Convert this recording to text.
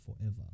forever